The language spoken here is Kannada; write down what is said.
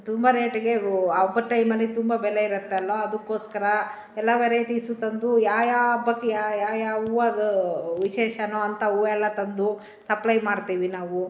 ತುಂಬ ರೇಟಿಗೆ ಹಬ್ಬದ ಟೈಮಲ್ಲಿ ತುಂಬ ಬೆಲೆ ಇರುತ್ತಲ್ವಾ ಅದಕ್ಕೋಸ್ಕರ ಎಲ್ಲ ವೆರೈಟೀಸೂ ತಂದು ಯಾಯಾ ಹಬ್ಬಕ್ಕೆ ಯಾಯಾ ಹೂವದ ವಿಶೇಷನೋ ಅಂಥ ಹೂವೆಲ್ಲ ತಂದು ಸಪ್ಲೈ ಮಾಡ್ತೀವಿ ನಾವು